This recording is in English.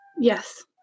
Yes